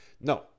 no